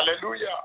Hallelujah